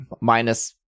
minus